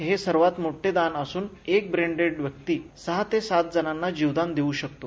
अवयवदान हे सर्वांत मोठे दान असून एक ब्रेनडेड व्यक्ती सहा ते सात जणांना जीवनदान देऊ शकतो